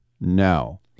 No